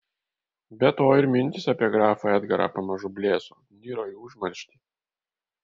be to ir mintys apie grafą edgarą pamažu blėso niro į užmarštį